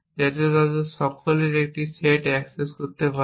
যাতে তাদের সকলেই একই সেট অ্যাক্সেস করতে পারে